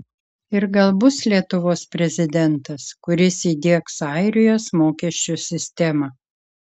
ir gal bus lietuvos prezidentas kuris įdiegs airijos mokesčių sistemą